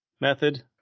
method